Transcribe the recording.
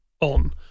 On